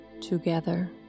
together